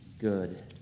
good